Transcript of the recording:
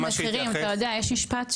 אפרופו ועדת המחירים, אתה יודע יש משפט שאומר,